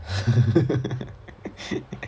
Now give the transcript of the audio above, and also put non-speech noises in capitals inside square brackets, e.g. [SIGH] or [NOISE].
[LAUGHS]